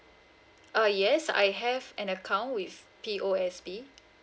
uh yes I have an account with P_O_S_B